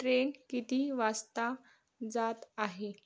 train किती वासता जात आहे